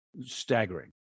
staggering